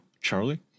Charlie